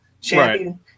champion